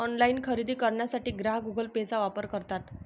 online खरेदी करण्यासाठी ग्राहक गुगल पेचा वापर करतात